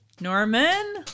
Norman